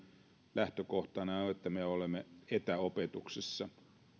lähtökohtana on että me olemme etäopetuksessa